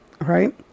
right